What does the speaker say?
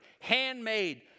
handmade